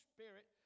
Spirit